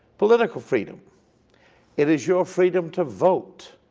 political freedom it is your freedom to vote,